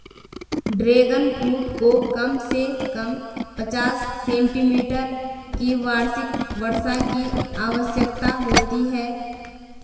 dragon fruit को कम से कम पचास सेंटीमीटर की वार्षिक वर्षा की आवश्यकता होती है